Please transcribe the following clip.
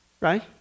right